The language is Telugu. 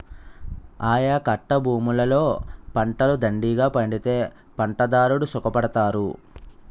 ఆయకట్టభూములలో పంటలు దండిగా పండితే పంటదారుడు సుఖపడతారు